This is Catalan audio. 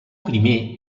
primer